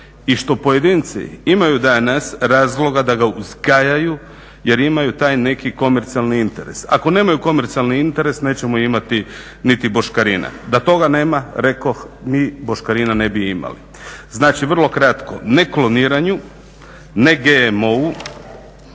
i što pojedinci imaju danas razloga da ga uzgajaju jer imaju taj neki komercijalni interes. Ako nemaju komercijalni interes nećemo imati niti boškarine. Da tako nema, rekoh ni boškarina ne bi imali. Znači, vrlo kratko, ne kloniranju, ne GMO-u